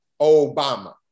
Obama